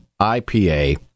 IPA